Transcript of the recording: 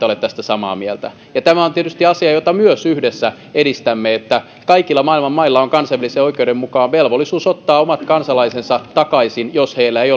ole tästä samaa mieltä tämä on tietysti asia jota myös yhdessä edistämme että kaikilla maailman mailla on kansainvälisen oikeuden mukaan velvollisuus ottaa omat kansalaisensa takaisin jos heillä ei